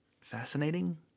Fascinating